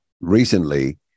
recently